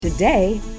today